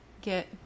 get